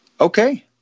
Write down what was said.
Okay